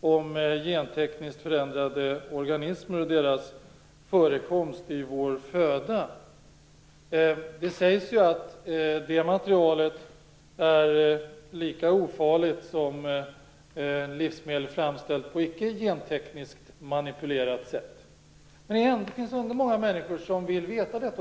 om gentekniskt förändrade organismer och deras förekomst i vår föda. Det sägs att det materialet är lika ofarligt som livsmedel framställt på icke gentekniskt manipulerat sätt. Det finns många människor som vill veta detta.